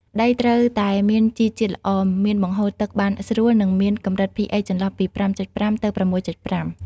ដីត្រូវតែមានជីជាតិល្អ មានបង្ហូរទឹកបានស្រួល និងមានកម្រិត pH ចន្លោះពី 5.5 ទៅ 6.5។